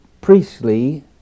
priestly